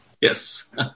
yes